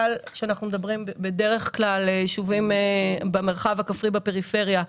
בדרך כלל היישובים במרחב הכפרי הם בפריפריה,